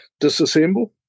disassemble